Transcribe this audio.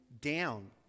down